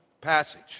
passage